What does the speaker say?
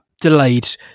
delayed